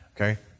Okay